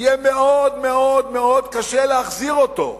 יהיה מאוד מאוד מאוד קשה להחזיר אותו.